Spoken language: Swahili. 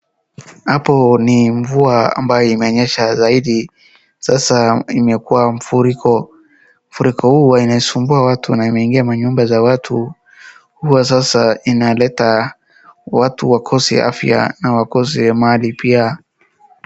Hapo ni mvua ambayo imenyesha zaidi, sasa imekuwa mfuriko. Mfuriko huu huwa inasumbua watu na imeingia manyumba za watu huwa sasa inaleta watu wakose afya na wakose mali pia.